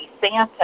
Santa